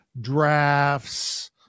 drafts